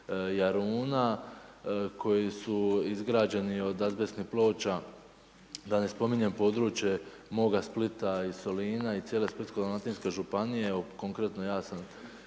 koji su izgrađeni od azbestnih ploča. Da ne spominjem područje moga Splita i Solina i cijele Splitsko-dalmatinske županije. Evo konkretno ja sam cijeli